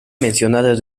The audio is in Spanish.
mencionado